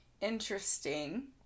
interesting